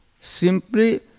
simply